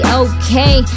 okay